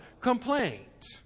complaint